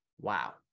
wow